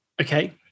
Okay